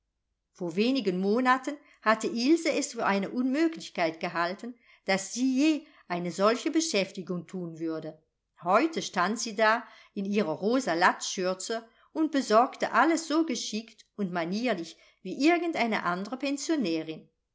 vor wenigen monaten hatte ilse es für eine unmöglichkeit gehalten daß sie je eine solche beschäftigung thun würde heute stand sie da in ihrer rosa latzschürze und besorgte alles so geschickt und manierlich wie irgend eine andre